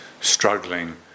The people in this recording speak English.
struggling